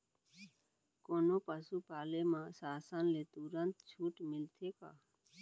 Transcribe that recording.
कोनो पसु पाले म शासन ले तुरंत छूट मिलथे का?